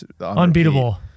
unbeatable